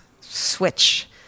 switch